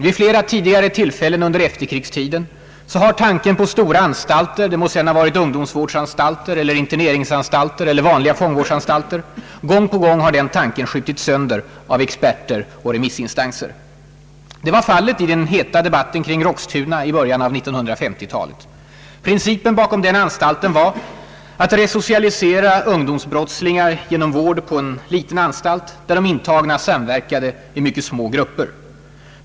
Vid flera tidigare tillfällen under efterkrigstiden har tanken på stora anstalter — det må ha varit ungdomsvårdsanstalter eller interneringsanstalter eller vanliga fångvårdsanstalter — gång på gång skjutits sönder av experter och remissinstanser. Det var fallet i den heta debatten kring Roxtuna i början av 1950-talet. Principen bakom den anstalten var att re socialisera ungdomsbrottslingar genom vård på en liten anstalt där de intagna samverkade i mycket små grupper.